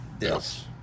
Yes